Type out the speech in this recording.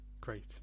Great